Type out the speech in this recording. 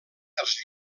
els